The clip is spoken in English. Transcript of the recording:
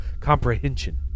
comprehension